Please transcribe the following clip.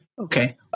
Okay